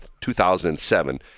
2007